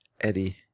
Eddie